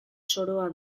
zoroa